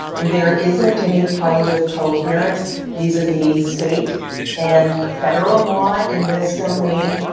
there isn't any kind of coherence vis-a-vis state and federal law in this domain.